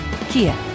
Kia